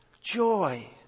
Joy